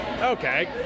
Okay